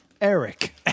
Eric